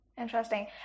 Interesting